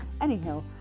Anyhow